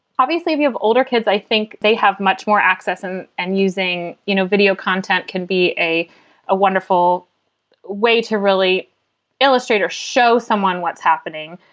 obviously, if you have older kids, i think they have much more access. and and using, you know, video content can be a wonderful way to really illustrate or show someone what's happening.